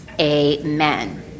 Amen